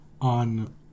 on